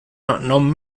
non